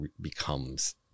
becomes